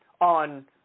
on